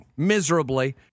Miserably